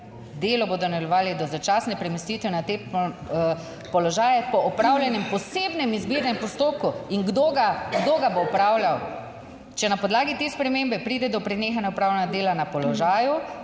Delo bodo nadaljevali do začasne premestitve na te položaje po opravljenem posebnem izbirnem postopku. In kdo ga, kdo ga bo opravljal? Če na podlagi te spremembe pride do prenehanja opravljanja dela na položaju